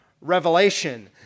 Revelation